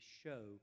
show